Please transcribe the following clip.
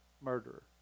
murderer